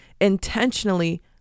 intentionally